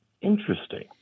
Interesting